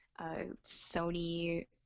Sony